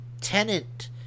tenant